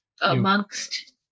Amongst